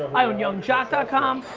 i owned youngjock ah com,